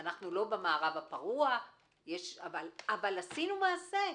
אנחנו לא במערב הפרוע אבל עשינו מעשה.